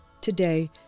today